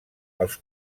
els